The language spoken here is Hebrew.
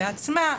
בעצמה,